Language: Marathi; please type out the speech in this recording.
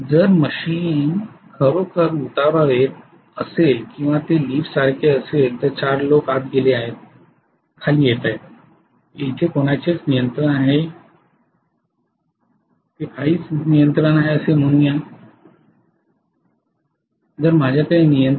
जर मशीन खरोखर उतारावर येत असेल किंवा ते लिफ्टसारखे असेल तर 4 लोक आत गेले आहेत खाली येत आहे तेथे काहीच नियंत्रण आहे असे म्हणू या जर माझ्याकडे नियंत्रण